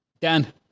Dan